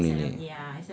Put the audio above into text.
dear cium nenek